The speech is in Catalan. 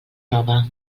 nova